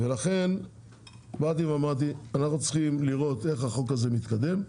ולכן באתי ואמרתי אנחנו צריכים לראות איך החוק הזה מתקדם?